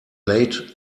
late